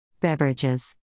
Beverages